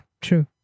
true